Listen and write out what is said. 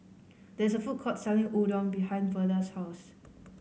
there is a food court selling Udon behind Verda's house